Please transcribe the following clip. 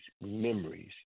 memories